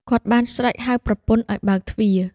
គាត់បានស្រែកហៅប្រពន្ធឱ្យបើកទ្វារ។